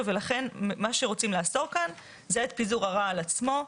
ולכן מה שרוצים לאסור כאן זה את פיזור הרעל עצמו.